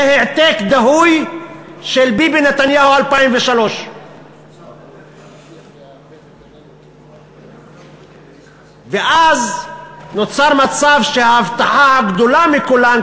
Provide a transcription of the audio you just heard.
זה העתק דהוי של ביבי נתניהו 2003. ואז נוצר מצב שההבטחה הגדולה מכולן,